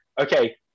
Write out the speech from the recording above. okay